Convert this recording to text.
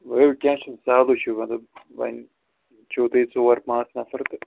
ؤلِو کیٚنٛہہ چھُنہٕ سہلٕے چھُ مطلب وۄَنۍ چھُو تُہۍ ژور پانٛژھ نَفر تہٕ